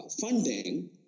funding